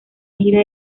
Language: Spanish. gira